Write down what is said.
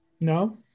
No